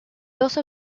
also